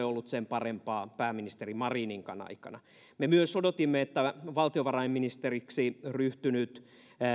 ollut sen parempaa pääministeri marininkaan aikana me myös odotimme että valtiovarainministeriksi ryhtynyt